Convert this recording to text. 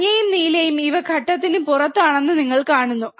മഞ്ഞയും നീലയും ഇവ ഘട്ടത്ന്നു പുറത്താണെന്ന് നിങ്ങൾ കാണുന്നു